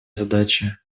задача